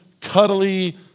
cuddly